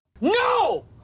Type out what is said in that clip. No